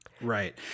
right